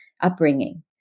upbringing